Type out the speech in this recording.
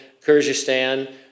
Kyrgyzstan